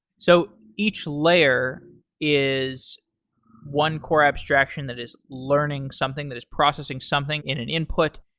so each layer is one core abstraction that is learning something, that is processing something in an input,